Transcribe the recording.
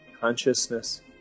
consciousness